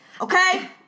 okay